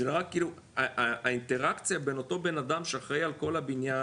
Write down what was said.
זה נראה כאילו האינטראקציה בין אותו בנאדם שאחראי על כל הבניין,